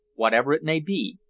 whatever it may be,